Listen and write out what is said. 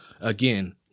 Again